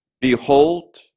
Behold